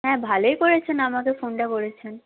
হ্যাঁ ভালোই করেছেন আমাকে ফোনটা করেছেন